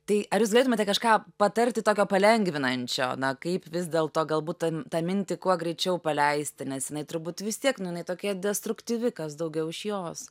tai ar jūs galėtumėte kažką patarti tokio palengvinančio na kaip vis dėlto galbūt tą tą mintį kuo greičiau paleisti nes jinai turbūt vis tiek nu jinai tokia destruktyvi kas daugiau iš jos